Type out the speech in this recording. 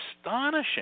astonishing